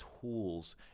tools